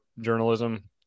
journalism